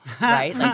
right